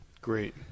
great